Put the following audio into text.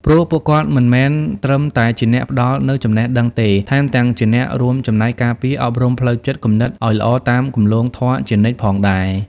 ព្រោះពួកគាត់មិនមែនត្រឹមតែជាអ្នកផ្តល់នូវចំណេះដឹងទេ ថែមទាំងជាអ្នករួមចំណែកការពារ អប់រំផ្លូវចិត្តគំនិតឱ្យល្អតាមគន្លងធម៌ជានិច្ចផងដែរ។